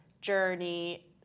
journey